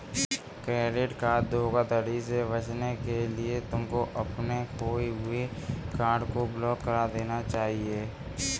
credit card धोखाधड़ी से बचने के लिए तुमको अपने खोए हुए कार्ड को ब्लॉक करा देना चाहिए